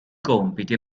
compiti